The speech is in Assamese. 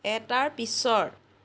এটাৰ পিছৰ